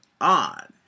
on